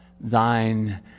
thine